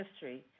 history